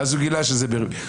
ואז הוא גילה שזה ברביעי.